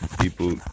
People